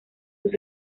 sus